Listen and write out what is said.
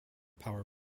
power